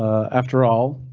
after all,